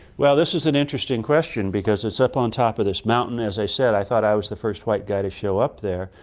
this is an interesting question because it's up on top of this mountain. as i said, i thought i was the first white guy to show up there,